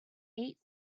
eight